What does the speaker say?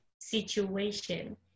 situation